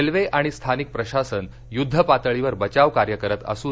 railway आणि स्थानिक प्रशासन युद्धपातळीवर बचाव कार्य करत असून